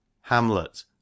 Hamlet